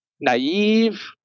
naive